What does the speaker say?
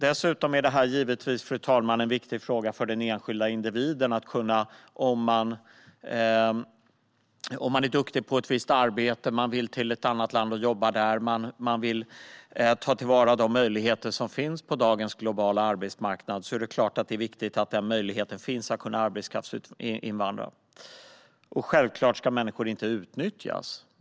Dessutom är detta givetvis en viktig fråga för den enskilda individen. Om man är duktig på ett visst arbete och vill till ett annat land och jobba där och ta till vara de möjligheter som finns på dagens globala arbetsmarknad är det klart att det är viktigt att möjligheten att arbetskraftsinvandra finns. Självklart ska människor inte utnyttjas.